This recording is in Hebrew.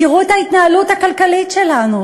תראו את ההתנהלות הכלכלית שלנו,